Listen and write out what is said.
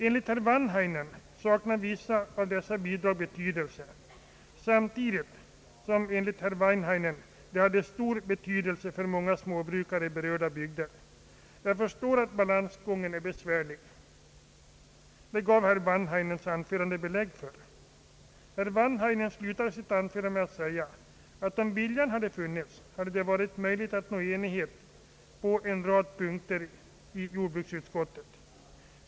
Enligt herr Wanhainen saknar vissa av dessa bidrag betydelse — samtidigt som de enligt herr Wanhainen hade betydelse för många småbrukare i berörda bygder. Jag förstår att balansgången är besvärlig, ty det gav herr Wanhainens anförande belägg för. Herr Wanhainen avslutade sitt anförande med att framhålla att det, om viljan hade funnits, hade varit möjligt att nå enighet på en rad punkter i jordbruksutskottet.